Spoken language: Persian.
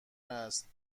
است